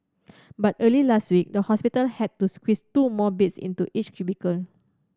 but early last week the hospital had to squeeze two more beds into each cubicle